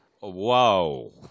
Whoa